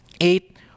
eight